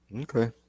Okay